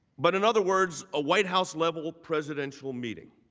but in other words, a white house level presidential meeting.